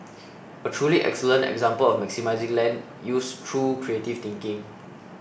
a truly excellent example of maximising land use through creative thinking